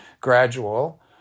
gradual